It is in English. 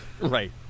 right